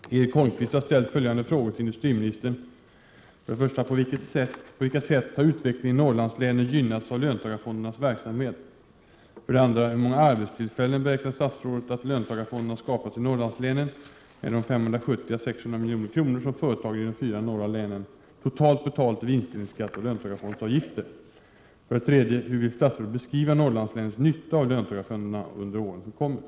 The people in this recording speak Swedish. Herr talman! Erik Holmkvist har ställt följande frågor till industriministern: 1. På vilka sätt har utvecklingen i Norrlandslänen gynnats av löntagarfondernas verksamhet? 2. Hur många arbetstillfällen beräknar statsrådet att löntagarfonderna skapat i Norrlandslänen med de 570—600 milj.kr. som företagen i de fyra norra länen totalt betalt i vinstdelningsskatt och löntagarfondsavgifter? 3. Hur vill statsrådet beskriva Norrlandslänens nytta av löntagarfonderna 91 under åren som kommer?